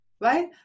right